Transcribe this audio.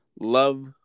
love